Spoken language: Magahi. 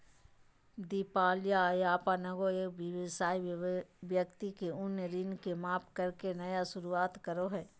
दिवालियापन एगो व्यवसाय या व्यक्ति के उन ऋण के माफ करके नया शुरुआत करो हइ